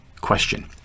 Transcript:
question